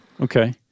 Okay